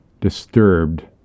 disturbed